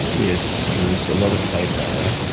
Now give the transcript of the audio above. yes, there is a lot of debate about that.